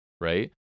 right